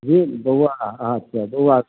जी बौआ अहाँके बौआ